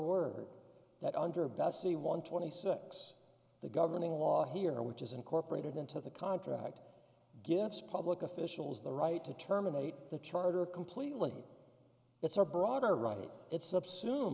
word that under bestie one twenty six the governing law here which is incorporated into the contract gives public officials the right to terminate the charter completely it's our broader right